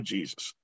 Jesus